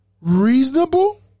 reasonable